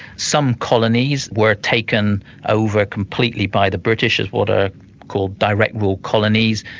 some colonies were taken over completely by the british as what are called direct rule colonies.